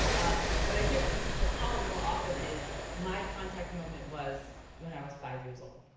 what i hear from people of color more often is, my contact moment was when i was five years old.